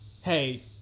Hey